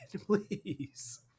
Please